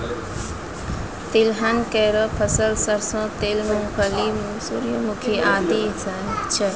तिलहन केरो फसल सरसों तेल, मूंगफली, सूर्यमुखी आदि छै